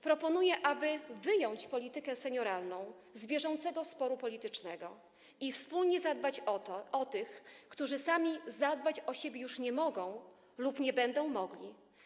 Proponuję, aby wyjąć politykę senioralną z bieżącego sporu politycznego i wspólnie zadbać o tych, którzy sami zadbać o siebie już nie mogą lub nie będą mogli.